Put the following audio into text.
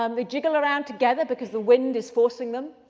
um they jiggle around together because the wind is forcing them.